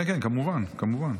כמובן, כמובן.